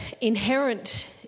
inherent